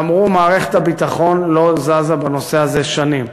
ואמרו: מערכת הביטחון לא זזה בנושא הזה שנים.